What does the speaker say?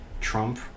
trump